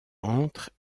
entre